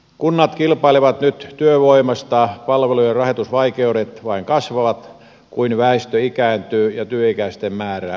kunnat kilpailevat nyt työvoimasta palvelujen rahoitusvaikeudet vain kasvavat kun väestö ikääntyy ja työikäisten määrä vähenee